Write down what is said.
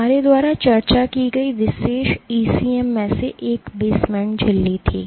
हमारे द्वारा चर्चा की गई विशेष ECM में से एक बेसमेंट झिल्ली थी